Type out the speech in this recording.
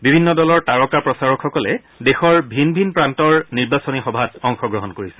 বিভিন্ন দলৰ তাৰকা প্ৰচাৰকসকলে দেশৰ ভিন ভিন প্ৰান্তৰ নিৰ্বাচনী সভাত অংশগ্ৰহণ কৰিছে